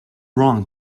wrong